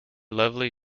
lovely